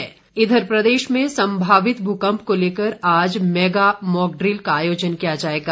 mock drill प्रदेश में संभावित भूकम्प को लेकर आज मैगा मॉकड्रिल का आयोजन किया जाएगा